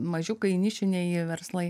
mažiukai nišiniai verslai